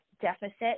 deficit